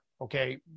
okay